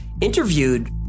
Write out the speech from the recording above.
interviewed